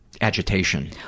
Agitation